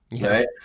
Right